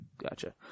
Gotcha